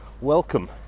Welcome